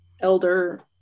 elder